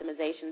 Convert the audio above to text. optimization